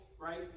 right